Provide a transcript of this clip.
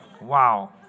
Wow